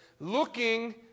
looking